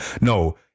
No